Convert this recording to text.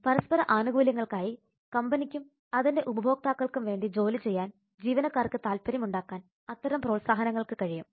പരസ്പര ആനുകൂല്യങ്ങൾക്കായി കമ്പനിക്കും അതിൻറെ ഉപഭോക്താക്കൾക്കും വേണ്ടി ജോലി ചെയ്യാൻ ജീവനക്കാർക്ക് താല്പര്യം ഉണ്ടാക്കാൻ അത്തരം പ്രോത്സാഹനങ്ങൾക്ക് കഴിയും